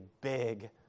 big